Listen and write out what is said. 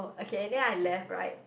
okay and then I left right